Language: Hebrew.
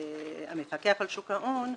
שהמפקח על שוק ההון,